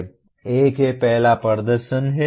एक है पहला प्रदर्शन है